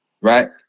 Right